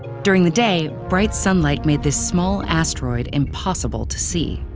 during the day, bright sunlight made this small asteroid impossible to see.